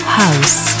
house